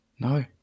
No